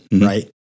right